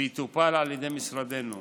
ויטופל על ידי משרדנו.